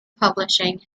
publishing